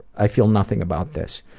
i feel nothing about this.